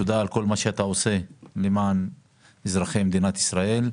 תודה על כל מה שאתה עושה למען אזרחי מדינת ישראל.